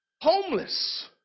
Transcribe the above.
Homeless